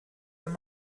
wenn